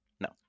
No